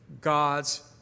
God's